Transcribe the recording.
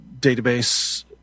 database